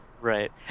right